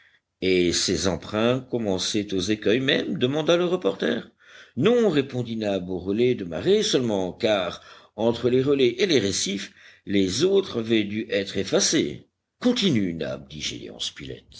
et ces empreintes commençaient aux écueils même demanda le reporter non répondit nab au relais de marée seulement car entre les relais et les récifs les autres avaient dû être effacées continue